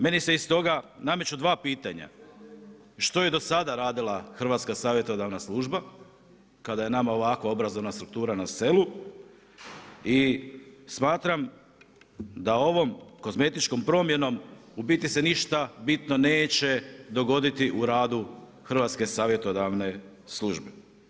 Meni se iz toga nameću dva pitanja, što je do sada radila Hrvatska savjetodavna služba kada je nama ovakva obrazovna struktura na selu i smatram da ovom kozmetičkom promjenom u biti se ništa bitno neće dogoditi u radu Hrvatske savjetodavne službe.